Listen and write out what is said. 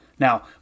Now